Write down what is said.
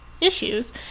issues